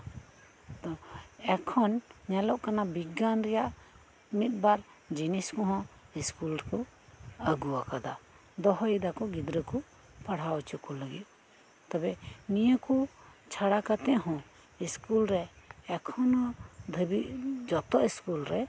ᱮᱠᱷᱚᱱ ᱧᱮᱞᱚᱜ ᱠᱟᱱᱟ ᱵᱤᱜᱽᱜᱟᱱ ᱨᱮᱭᱟᱜ ᱢᱤᱫ ᱵᱟᱨ ᱡᱤᱱᱤᱥ ᱠᱚᱦᱚᱸ ᱥᱠᱩᱞ ᱨᱮᱠᱚ ᱟᱹᱜᱩ ᱟᱠᱟᱫᱟ ᱫᱟᱦᱟᱭᱮᱫᱟ ᱠᱚ ᱜᱤᱫᱨᱟᱹ ᱠᱚ ᱯᱟᱲᱦᱟᱣ ᱦᱚᱪᱚ ᱠᱚ ᱞᱟᱹᱜᱤᱫ ᱛᱚᱵᱮ ᱱᱤᱭᱟᱹ ᱠᱚ ᱪᱷᱟᱲᱟ ᱠᱟᱛᱮ ᱦᱚᱸ ᱥᱠᱩᱞ ᱨᱮ ᱡᱷᱚᱛᱚ ᱥᱠᱩᱞ ᱨᱮ